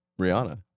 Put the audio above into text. Rihanna